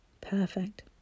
Perfect